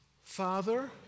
father